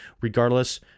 Regardless